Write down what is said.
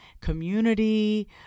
community